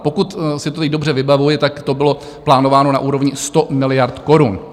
Pokud si to teď dobře vybavuji, tak to bylo plánováno na úrovni 100 miliard korun.